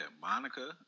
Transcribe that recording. Monica